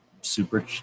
Super